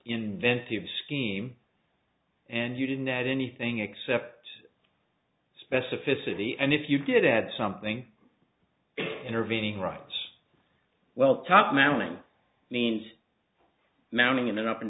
inventive scheme and you didn't add anything except specificity and if you did add something intervening rights well top management means mounting in an up and